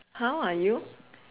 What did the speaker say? how are you